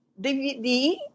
DVD